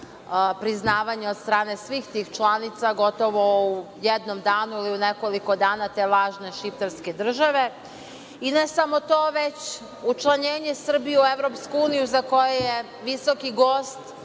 priznavanje od strane svih tih članica, gotovo u jednom danu, ili u nekoliko dana, te lažne šiptarske države, i ne samo to, već učlanjenje Srbije u EU za koje je visoki gost,